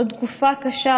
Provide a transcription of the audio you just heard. עוד תקופה קשה,